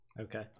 Okay